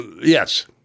Yes